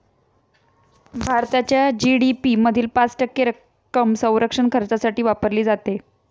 भारताच्या जी.डी.पी मधील पाच टक्के रक्कम संरक्षण खर्चासाठी वापरली जाते